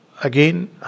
again